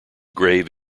grave